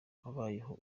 abayeho